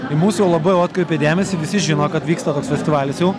į mus jau labiau atkreipė dėmesį visi žino kad vyksta toks festivalis jau